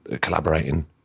collaborating